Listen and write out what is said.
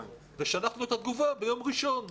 ושלחנו את התגובה ביום ראשון,